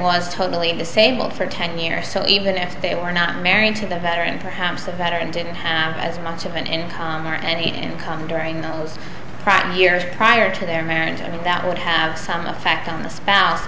was totally disabled for ten years so even if they were not married to the veteran perhaps a veteran didn't have as much of an in there and income during those crappy years prior to their marriage that would have some effect on the spouse